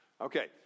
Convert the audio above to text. Okay